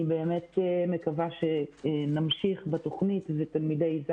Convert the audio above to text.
אני באמת מקווה שנמשיך בתוכנית ותלמידי כיתות